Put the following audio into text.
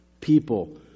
people